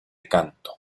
canto